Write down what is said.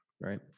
right